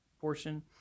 portion